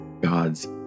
God's